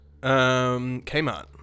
Kmart